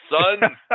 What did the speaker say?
son